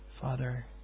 father